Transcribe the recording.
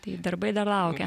tai darbai dar laukia